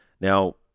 Now